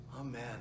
Amen